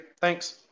thanks